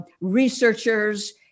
researchers